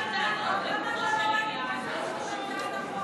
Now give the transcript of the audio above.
סיימת לענות למה את לא יורדת?